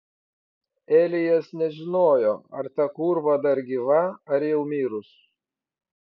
elijas nežinojo ar ta kūrva dar gyva ar jau mirus